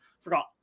forgot